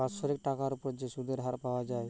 বাৎসরিক টাকার উপর যে সুধের হার পাওয়া যায়